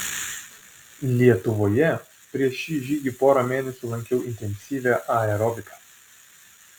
lietuvoje prieš šį žygį porą mėnesių lankiau intensyvią aerobiką